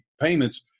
payments